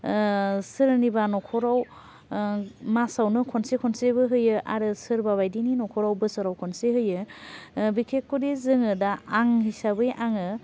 सोरनिबा नख'राव मासावनो खनसे खनसेबो होयो आरो सोरबा बायदिनि न'खरावबो बोसोराव खनसे होयो बिखेखकरि जोङो दा आं हिसाबै आङो